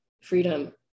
freedom